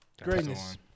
Greatness